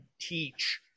teach